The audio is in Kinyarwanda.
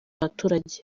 abaturage